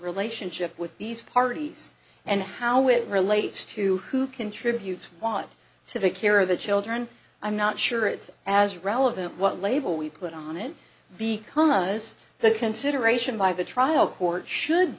relationship with these parties and how it relates to who contributes want to take care of the children i'm not sure it's as relevant what label we put on it because the consideration by the trial court should